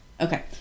Okay